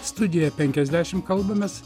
studijoje penkiasdešim kalbamės